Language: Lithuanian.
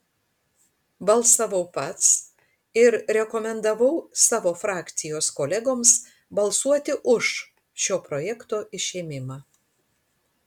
balsavau pats ir rekomendavau savo frakcijos kolegoms balsuoti už šio projekto išėmimą